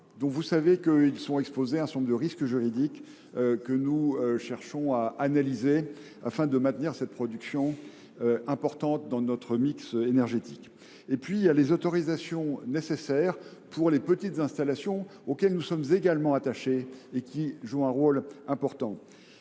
Vous savez que ceux ci sont exposés à un certain nombre de risques juridiques que nous cherchons à analyser afin de maintenir cette production dans notre mix énergétique. J’en viens aux autorisations nécessaires pour les petites installations, auxquelles nous sommes également attachés et qui jouent un rôle majeur.